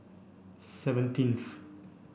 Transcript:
seventeenth